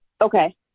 Okay